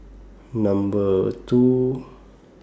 Number two